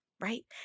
right